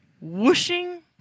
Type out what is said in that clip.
whooshing